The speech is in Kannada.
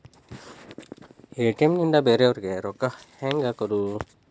ಎ.ಟಿ.ಎಂ ನಿಂದ ಬೇರೆಯವರಿಗೆ ರೊಕ್ಕ ಹೆಂಗ್ ಹಾಕೋದು?